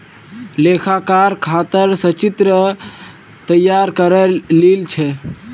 लेखाकार खातर संचित्र तैयार करे लील छ